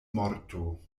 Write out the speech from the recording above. morto